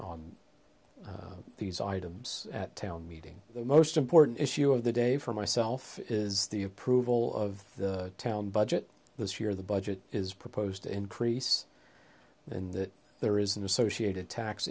on these items at town meeting the most important issue of the day for myself is the approval of the town budget this year the budget is proposed to increase in that there is an associated tax